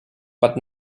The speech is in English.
but